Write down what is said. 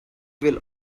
will